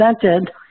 presented